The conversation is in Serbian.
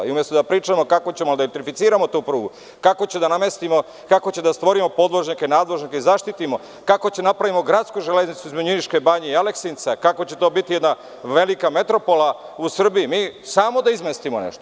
Umesto da pričamo kako ćemo da elektrificiramo tu prugu, kako ćemo da namestimo i stvorimo podvožnjake, nadvožnjake i zaštitimo i kako ćemo da napravimo gradsku železnicu između Niške banje i Aleksinca i kako će to biti jedna velika metropola u Srbiji, samo da izmestimo nešto.